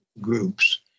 groups